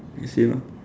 okay same ah